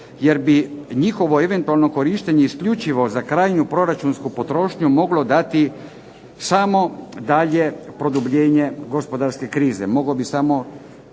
jer bi njihovo eventualno korištenje isključivo za krajnju proračunsku potrošnju moglo dati samo dalje produbljenje gospodarske krize.